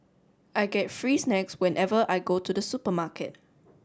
I get free snacks whenever I go to the supermarket